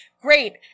great